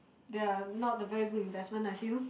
they're not a very good investment I feel